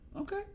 Okay